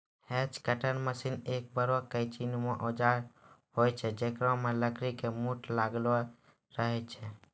hedge cutter machine एक बड़ो कैंची नुमा औजार होय छै जेकरा मॅ लकड़ी के मूठ लागलो रहै छै